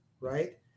right